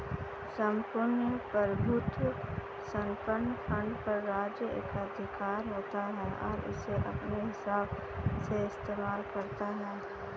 सम्पूर्ण प्रभुत्व संपन्न फंड पर राज्य एकाधिकार होता है और उसे अपने हिसाब से इस्तेमाल करता है